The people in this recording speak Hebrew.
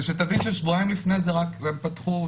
שבועיים לפני כן הם פתחו .